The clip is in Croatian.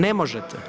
Ne možete.